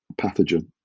pathogen